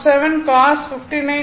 47 cosine 59